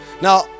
now